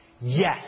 Yes